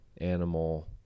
animal